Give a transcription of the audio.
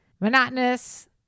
monotonous